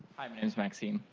name is maxine.